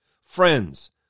Friends